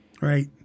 Right